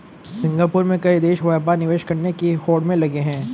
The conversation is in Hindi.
सिंगापुर में कई देश व्यापार निवेश करने की होड़ में लगे हैं